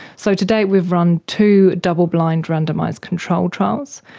so today we have run two double-blind randomised controlled trials,